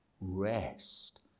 Rest